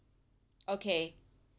okay